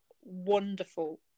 wonderful